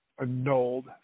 annulled